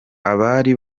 abari